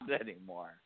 anymore